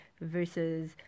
versus